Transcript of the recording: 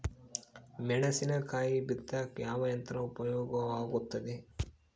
ಮೆಣಸಿನಕಾಯಿ ಬಿತ್ತಾಕ ಯಾವ ಯಂತ್ರ ಉಪಯೋಗವಾಗುತ್ತೆ?